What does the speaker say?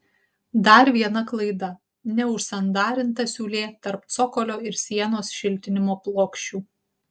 dar viena klaida neužsandarinta siūlė tarp cokolio ir sienos šiltinimo plokščių